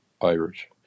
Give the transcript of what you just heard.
Irish